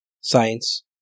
science